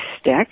stick